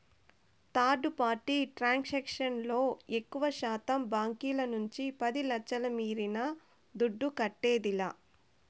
third party transaction లో ఎక్కువశాతం బాంకీల నుంచి పది లచ్ఛల మీరిన దుడ్డు కట్టేదిలా